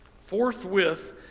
forthwith